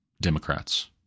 Democrats